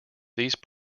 these